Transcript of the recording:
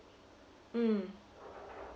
mm